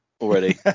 already